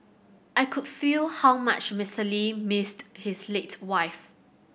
I could feel how much Mister Lee missed his late wife